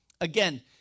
Again